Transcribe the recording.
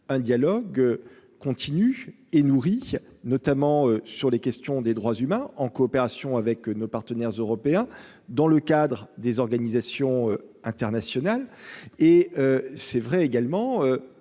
un dialogue continu et nourrie notamment sur les questions des droits humains en coopération avec nos partenaires européens dans le cadre des organisations internationales et c'est vrai également